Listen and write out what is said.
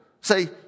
say